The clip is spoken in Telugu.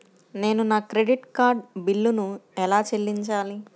నేను నా క్రెడిట్ కార్డ్ బిల్లును ఎలా చెల్లించాలీ?